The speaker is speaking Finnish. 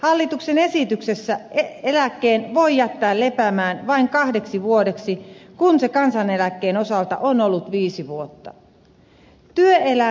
hallituksen esityksessä eläkkeen voi jättää lepäämään vain kahdeksi vuodeksi kun se kansaneläkkeen osalta on ollut viisi vuotta